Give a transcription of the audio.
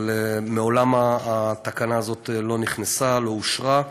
אבל מעולם התקנה הזאת לא נכנסה, לא אושרה,